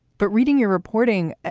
but reading your reporting,